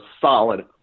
solid